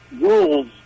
rules